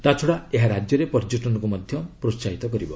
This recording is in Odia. ତାଛଡ଼ା ଏହା ରାଜ୍ୟରେ ପର୍ଯ୍ୟଟନକୁ ମଧ୍ୟ ପ୍ରୋସାହିତ କରିବ